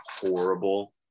horrible